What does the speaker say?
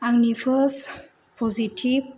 आंनि first positive